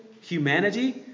humanity